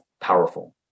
powerful